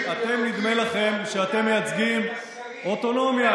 נדמה לכם שאתם מייצגים אוטונומיה,